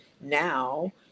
now